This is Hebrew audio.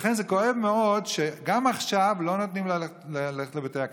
לכן זה כואב מאוד שגם עכשיו לא נותנים ללכת לבתי הכנסת.